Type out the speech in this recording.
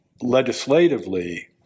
legislatively